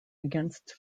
against